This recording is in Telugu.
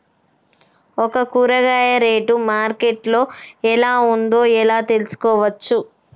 ఒక కూరగాయ రేటు మార్కెట్ లో ఎలా ఉందో ఎలా తెలుసుకోవచ్చు?